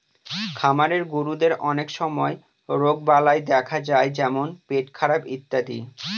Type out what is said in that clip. খামারের গরুদের অনেক সময় রোগবালাই দেখা যায় যেমন পেটখারাপ ইত্যাদি